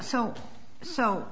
so so